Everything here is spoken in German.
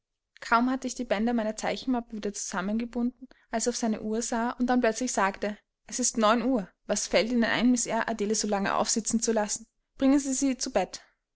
kaum hatte ich die bänder meiner zeichenmappe wieder zusammengebunden als er auf seine uhr sah und dann plötzlich sagte es ist neun uhr was fällt ihnen ein miß eyre adele so lange aufsitzen zu lassen bringen sie sie zu bett